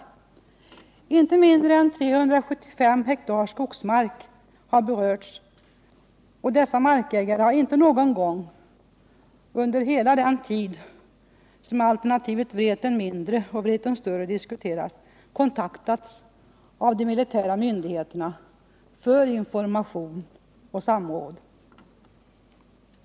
Inte mindre än 375 hektar skogsmark berörs, och dessa markägare har inte någon gång under hela den tid som alternativen Vreten mindre och Vreten större diskuterats kontaktats av de militära myndigheterna för information och samråd.